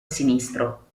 sinistro